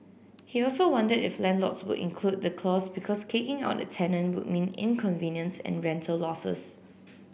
he also wondered if landlords would include the clause because kicking out a tenant would mean inconvenience and rental losses